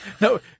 No